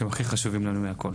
שהם הכי חשובים לנו מהכול.